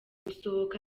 gusohoka